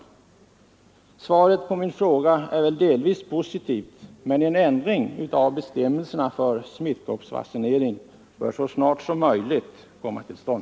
Svaret på min fråga är delvis positivt, men en ändring av bestämmelserna för smittkoppsvaccinering bör så snart som möjligt komma till stånd.